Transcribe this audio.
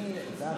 אפשר להתחיל?